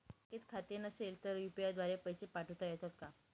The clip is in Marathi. बँकेत खाते नसेल तर यू.पी.आय द्वारे पैसे पाठवता येतात का?